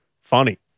funny